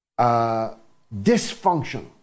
dysfunction